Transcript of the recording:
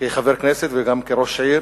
גם כחבר כנסת וגם כראש עיר,